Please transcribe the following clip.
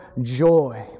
Joy